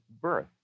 birth